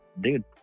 dude